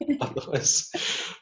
Otherwise